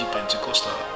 Pentecostal